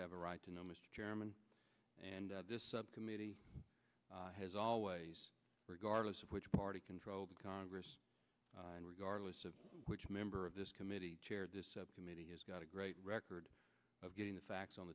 have a right to know mr chairman and this committee has always regardless of which party controlled congress and regardless of which member of this committee chair this committee has got a great record of getting the facts on